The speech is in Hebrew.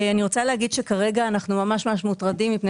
אני רוצה להגיד שכרגע אנחנו ממש ממש מוטרדים מפני